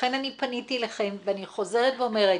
לכן אני פניתי אליכם, ואני חוזרת ואומרת,